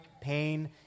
pain